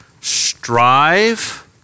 Strive